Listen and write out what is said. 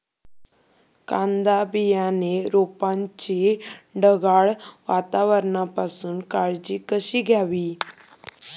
कांदा बियाणे रोपाची ढगाळ वातावरणापासून काळजी कशी घ्यावी?